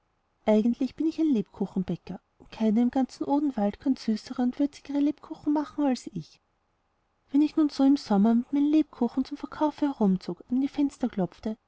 eigentlich bin ich ein lebkuchenbäcker und keiner im ganzen odenwalde kann süßere und würzigere lebkuchen machen als ich wenn ich aber nun so im sommer mit meinen lebkuchen zum verkaufe herumzog an die fenster klopfte